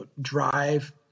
drive